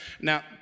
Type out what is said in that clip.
Now